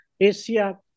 Asia